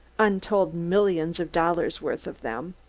untold millions of dollars' worth of them.